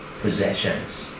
possessions